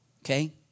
Okay